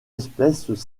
espèces